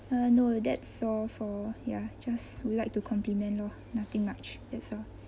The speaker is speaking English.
uh no that's all for ya just would like to compliment lor nothing much that's all